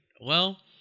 Well-